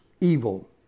evil